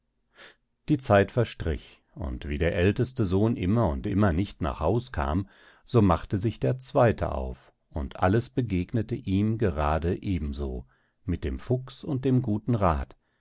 die zeit verstrich und wie der älteste sohn immer und immer nicht nach haus kam so machte sich der zweite auf und alles begegnete ihm gerade eben so mit dem fuchs und dem guten rath